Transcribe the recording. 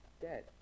dead